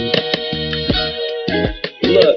Look